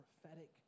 prophetic